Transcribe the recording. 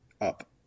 up